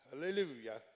Hallelujah